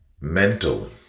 mental